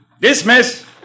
Dismiss